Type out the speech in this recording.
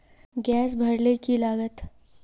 Gas भरले की लागत?